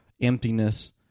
emptiness